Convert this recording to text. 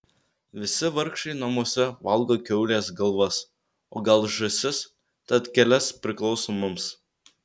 visi vargšai namuose valgo kiaulės galvas o gal žąsis tad kelias priklauso mums